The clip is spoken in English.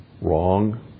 Wrong